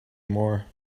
more